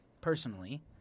personally